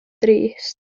drist